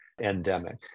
endemic